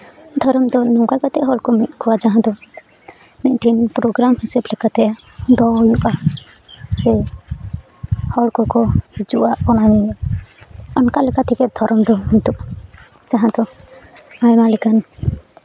ᱫᱷᱚᱨᱚᱢ ᱫᱚ ᱱᱚᱝᱠᱟ ᱠᱟᱛᱮ ᱦᱚᱲᱠᱚ ᱢᱤᱫ ᱠᱚᱣᱟ ᱡᱟᱦᱟᱸ ᱫᱚ ᱢᱤᱫᱴᱮᱱ ᱯᱨᱚᱜᱨᱟᱢ ᱦᱤᱥᱟᱹᱵ ᱞᱮᱠᱟᱛᱮ ᱫᱚᱦᱚ ᱦᱩᱭᱩᱜᱼᱟ ᱥᱮ ᱦᱚᱲ ᱠᱚᱠᱚ ᱚᱱᱟ ᱨᱮᱫᱚ ᱚᱱᱠᱟ ᱞᱮᱠᱟ ᱛᱮᱜᱮ ᱫᱷᱚᱨᱚᱢ ᱫᱚ ᱢᱤᱫᱚᱜᱼᱟ ᱡᱟᱦᱟᱸ ᱫᱚ ᱟᱭᱢᱟ ᱞᱮᱠᱟᱱ